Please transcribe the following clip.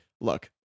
look